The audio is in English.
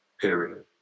period